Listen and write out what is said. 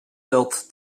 telt